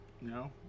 No